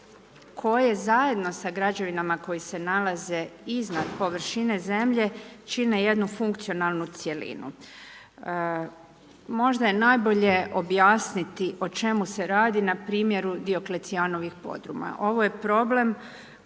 koje zajedno sa građevinama koji se nalaze iznad površine zemlje čine jednu funkcionalnu cjelinu. Možda je najbolje objasniti o čemu se radi na primjeru Dioklecijanovih podruma. Ovo je problem koji